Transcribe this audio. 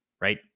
right